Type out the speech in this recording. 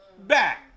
back